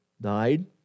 died